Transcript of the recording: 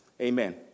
amen